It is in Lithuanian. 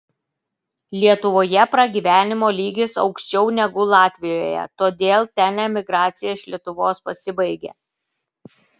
lietuvoje pragyvenimo lygis aukščiau negu latvijoje todėl ten emigracija iš lietuvos pasibaigė